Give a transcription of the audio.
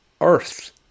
Earth